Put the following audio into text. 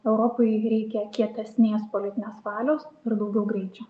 europai reikia kietesnės politinės valios ir daugiau greičio